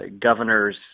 governors